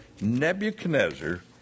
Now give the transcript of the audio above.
Nebuchadnezzar